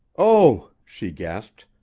oh! she gasped.